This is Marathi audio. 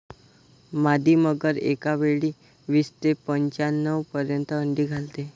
मादी मगर एकावेळी वीस ते पंच्याण्णव पर्यंत अंडी घालते